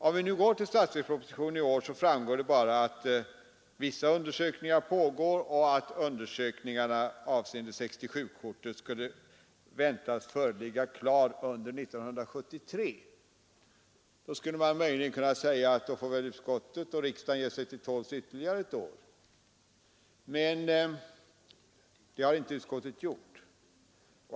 Om man nu går till årets statsverksproposition, finner man bara att vissa undersökningar pågår och att resultatet av undersökningarna avseende 67-kortet väntas föreligga under 1973. Då skulle man möjligen kunna säga att utskottet och riksdagen får ge sig till tåls ytterligare ett år, men det har inte utskottet gjort.